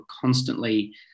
constantly